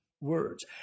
words